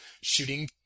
shooting